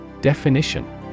Definition